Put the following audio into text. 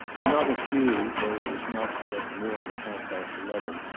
and not a few, though it was not yet more than half-past eleven,